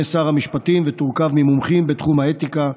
שר המשפטים ותורכב ממומחים בתחום האתיקה,